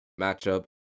matchup